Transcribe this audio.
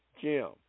Jim